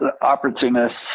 opportunists